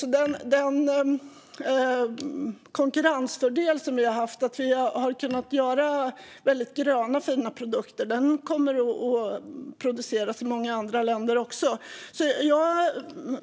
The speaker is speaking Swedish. Vi har haft en konkurrensfördel genom att vi har kunnat göra väldigt gröna och fina produkter, men sådana kommer att produceras i många andra länder också.